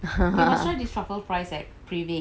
mm no